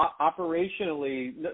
operationally